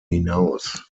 hinaus